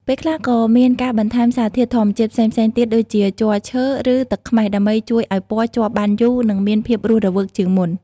ពេលខ្លះក៏មានការបន្ថែមសារធាតុធម្មជាតិផ្សេងៗទៀតដូចជាជ័រឈើ ឬទឹកខ្មេះដើម្បីជួយឱ្យពណ៌ជាប់បានយូរនិងមានភាពរស់រវើកជាងមុន។